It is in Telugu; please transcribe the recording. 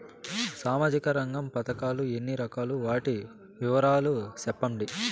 సామాజిక రంగ పథకాలు ఎన్ని రకాలు? వాటి వివరాలు సెప్పండి